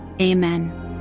amen